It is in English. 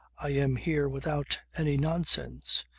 i am here without any nonsense.